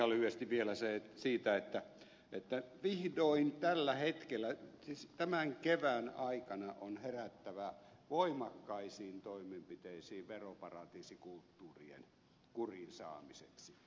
ihan lyhyesti vielä siitä että vihdoin tällä hetkellä tämän kevään aikana on herättävä voimakkaisiin toimenpiteisiin veroparatiisikulttuurien kuriin saamiseksi